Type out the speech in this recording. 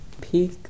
peak